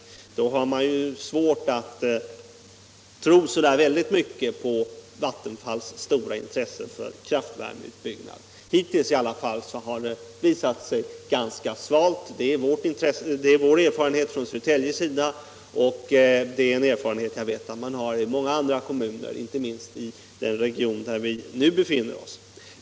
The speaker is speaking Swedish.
Därför är det klart att jag har svårt att tro särskilt mycket på Vattenfalls stora intresse för en kraftvärmeutbyggnad. Hittills har det intresset i alla fall visat sig vara ganska svalt — det är vår erfarenhet i Södertälje, och det är en erfarenhet som jag vet att man har gjort även i många andra kommuner, inte minst i den region där vi nu befinner oss.